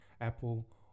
Apple